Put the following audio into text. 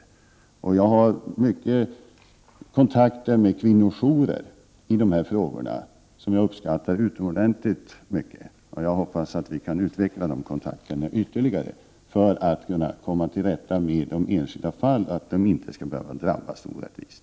I dessa frågor har jag många kontakter med kvinnojourer. Jag uppskattar dessa kontakter mycket och hoppas att vi kan utveckla dem ytterligare för att komma till rätta med problemet så att enskilda personer inte skall behöva drabbas orättvist.